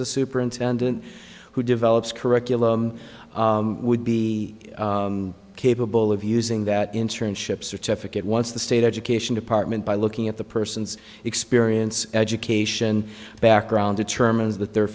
a superintendent who develops curriculum would be capable of using that internship certificate once the state education department by looking at the person's experience education background determines that they're